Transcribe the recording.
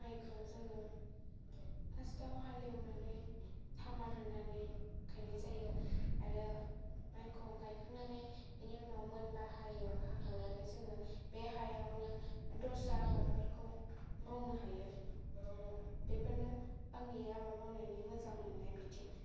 माइखौ जोङो फार्स्ताव हालेवनानै खामार होनानै गायनाय जायो आरो माइखौ गायखांनानै बिनि उनाव मोनबा हायो हाखांनानै जोङो बे हायावनो दस्रा आबादफोरखौ मावनो हायो बेफोरनो आंनि आबाद मावनायनि मोजां मोननाय बिथिं